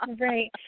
Right